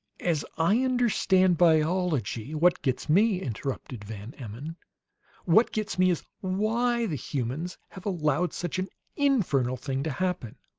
as i understand biology what gets me, interrupted van emmon what gets me is, why the humans have allowed such an infernal thing to happen!